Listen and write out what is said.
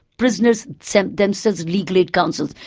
prisoners set themselves legal aid councils,